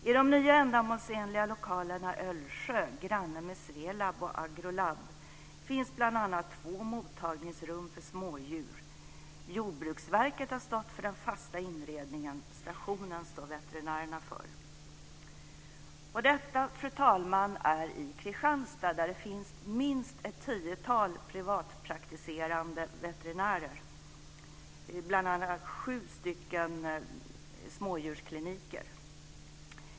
I de nya ändamålsenliga lokalerna i Öllsjö, granne med Swelab och Jordbruksverket har stått för den fasta inredningen. Stationen står veterinärerna för. Fru talman! Detta är alltså i Kristianstad, där det finns minst ett tiotal privatpraktiserande veterinärer och bl.a. sju stycken smådjurskliniker.